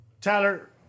Tyler